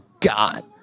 God